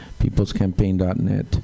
peoplescampaign.net